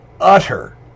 utter